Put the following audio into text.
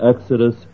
Exodus